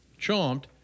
chomped